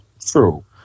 true